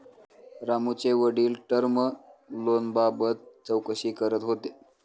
रामूचे वडील टर्म लोनबाबत चौकशी करत होते